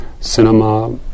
cinema